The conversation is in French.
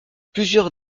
plusieurs